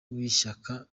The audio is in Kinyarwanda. w’ishyaka